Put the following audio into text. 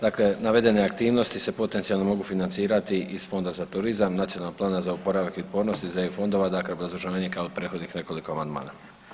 Dakle, navedene aktivnosti se potencijalno mogu financirati iz Fonda za turizam, Nacionalnog plana za oporavak i otpornost iz EU fondova, dakle obrazloženje kao i kod prethodnih nekoliko amandmana.